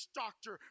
doctor